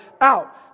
out